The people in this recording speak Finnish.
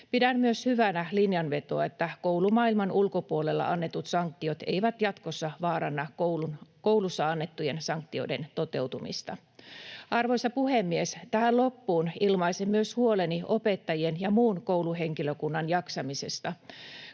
Pidän myös hyvänä linjanvetoa, että koulumaailman ulkopuolella annetut sanktiot eivät jatkossa vaaranna koulussa annettujen sanktioiden toteutumista. Arvoisa puhemies! Tähän loppuun ilmaisen myös huoleni opettajien ja muun kouluhenkilökunnan jaksamisesta.